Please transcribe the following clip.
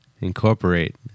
incorporate